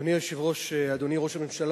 אדוני היושב-ראש, אדוני ראש הממשלה.